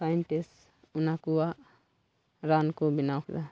fine test ᱚᱱᱟ ᱠᱚᱣᱟᱜ ᱨᱟᱱ ᱠᱚ ᱵᱮᱱᱟᱣ ᱠᱮᱫᱟ